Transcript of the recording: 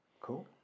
Cool